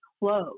close